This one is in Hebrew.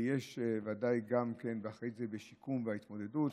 ויש בוודאי גם אחרי זה, בשיקום וההתמודדות.